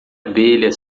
abelha